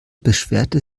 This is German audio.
beschwerte